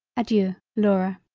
adeiu. laura.